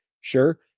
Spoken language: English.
Sure